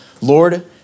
Lord